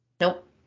Nope